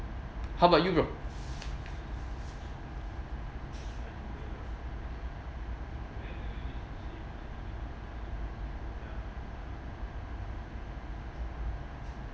how about you bro